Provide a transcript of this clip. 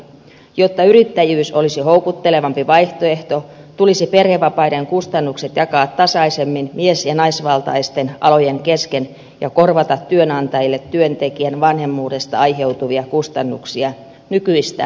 jotta yrittäjyys olisi houkuttelevampi vaihtoehto tulisi perhevapaiden kustannukset jakaa tasaisemmin mies ja naisvaltaisten alojen kesken ja korvata työnantajille työntekijän vanhemmuudesta aiheutuvia kustannuksia nykyistä paremmin